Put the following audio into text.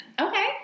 Okay